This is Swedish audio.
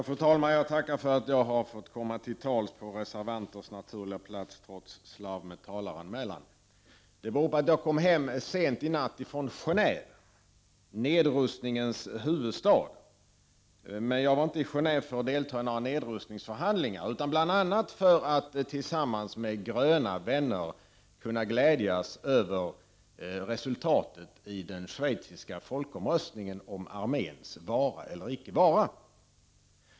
Fru talman! Jag tackar för att jag har fått komma till tals på reservanternas naturliga plats på talarlistan, trots mitt slarv med talaranmälan. Detta berodde på att jag kom hem sent i natt från Gendve — nedrustningens huvudstad. Men jag var inte i Genéåve för att delta i några nedrustningsförhandlingar, utan bl.a. för att tillsammans med gröna vänner kunna glädjas över resultatet i den schweiziska folkomröstningen om arméns vara eller icke vara.